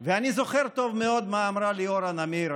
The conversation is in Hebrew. ואני זוכר טוב מאוד מה אמרה לי אורה נמיר,